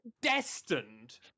destined